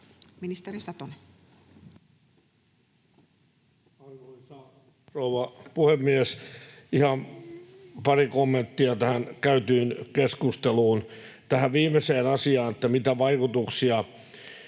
Ministeri Satonen. Arvoisa rouva puhemies! Ihan pari kommenttia tähän käytyyn keskusteluun. Tähän viimeiseen asiaan, että mitä vaikutuksia